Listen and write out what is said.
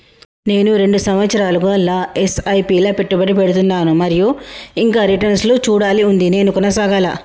నేను రెండు సంవత్సరాలుగా ల ఎస్.ఐ.పి లా పెట్టుబడి పెడుతున్నాను మరియు ఇంకా రిటర్న్ లు చూడాల్సి ఉంది నేను కొనసాగాలా?